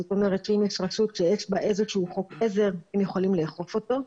זאת אומרת שאם יש רשות שיש בה איזה שהוא חוק עזר הם יכולים לאכוף אותו.